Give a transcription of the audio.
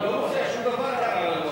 ההצעה שלא לכלול את הנושא